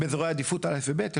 באזורי עדיפות א' וב' ,